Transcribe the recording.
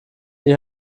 die